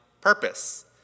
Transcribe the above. purpose